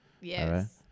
Yes